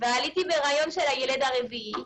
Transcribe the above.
ועליתי כשאני בהריון של הילד הרביעי.